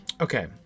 Okay